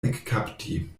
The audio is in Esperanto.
ekkapti